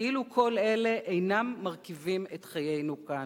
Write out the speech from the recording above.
כאילו כל אלה אינם מרכיבים את חיינו כאן.